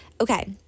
Okay